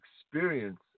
experience